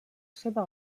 seva